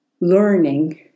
learning